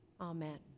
Amen